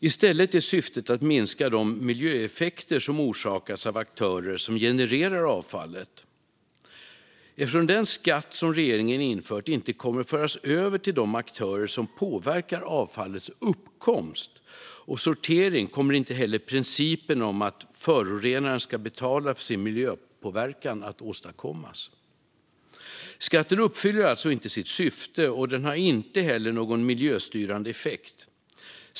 I stället är syftet att minska de miljöeffekter som orsakas av aktörer som genererar avfallet. Eftersom den skatt som regeringen infört inte kommer att föras över till de aktörer som påverkar avfallets uppkomst och sortering kommer inte heller principen om att förorenaren ska betala för sin miljöpåverkan att följas. Skatten uppfyller alltså inte sitt syfte, och den har inte heller någon miljöstyrande effekt.